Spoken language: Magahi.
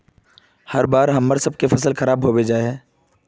हर बार हम्मर सबके फसल खराब होबे जाए है?